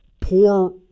poor